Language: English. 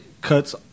cuts